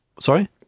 Sorry